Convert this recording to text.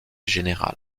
général